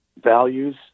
values